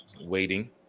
waiting